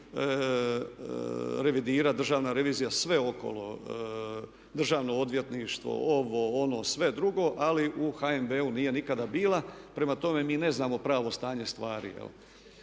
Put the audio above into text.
revidirati, državna revizija sve okolo, državno odvjetništvo, ovo ono, sve drugo ali u HNB-u nije nikada bila. Prema tome, mi ne znamo pravo stanje stvari.